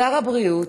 שר הבריאות,